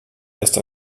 erst